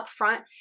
upfront